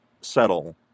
settle